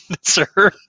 Sir